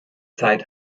zeit